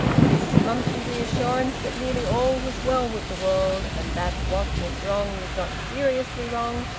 this monthly reassurance that nearly all was well with the world, and that what was wrong was not seriously wrong,